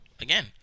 Again